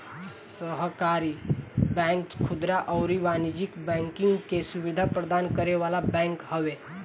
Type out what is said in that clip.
सहकारी बैंक खुदरा अउरी वाणिज्यिक बैंकिंग के सुविधा प्रदान करे वाला बैंक हवे